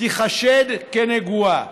תיחשד כנגועה,